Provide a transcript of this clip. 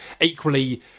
Equally